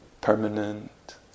Permanent